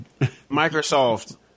Microsoft